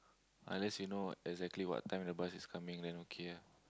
unless you know exactly what time the bus is coming then okay ah